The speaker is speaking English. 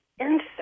insects